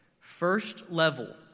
First-level